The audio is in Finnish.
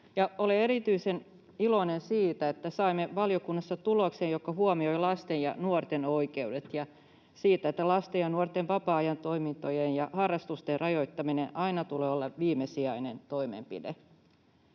Olen erityisen iloinen siitä, että saimme valiokunnassa tuloksen, joka huomioi lasten ja nuorten oikeudet, ja siitä, että lasten ja nuorten vapaa-ajan toimintojen ja harrastusten rajoittamisen tulee aina olla viimesijainen toimenpide.